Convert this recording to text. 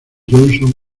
johnson